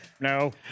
No